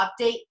update